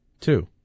Two